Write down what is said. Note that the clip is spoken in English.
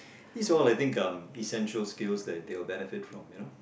these all I think um essential skills that they will benefit from you know